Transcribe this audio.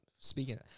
Speaking